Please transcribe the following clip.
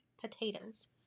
potatoes